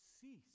Cease